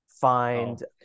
find